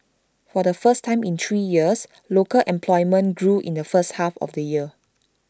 for the first time in three years local employment grew in the first half of the year